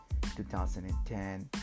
2010